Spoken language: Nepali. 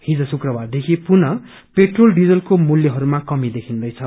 हिज शुक्रबार देखि पुनः पेट्रोल डिजलको मूल्यहरूमा कमी देखिन्दैछ